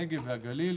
הנגב והגליל,